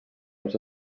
els